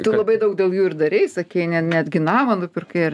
tu labai daug dėl jų ir darei sakei ne netgi namą nupirkai ar